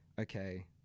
okay